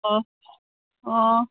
ꯑꯣ ꯑꯥ